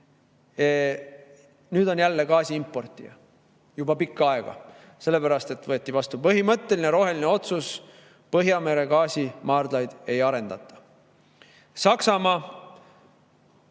nüüd on jälle gaasi importija, juba pikka aega, sellepärast et võeti vastu põhimõtteline roheline otsus: Põhjamere gaasimaardlaid ei arendata.